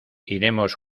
iremos